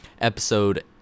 episode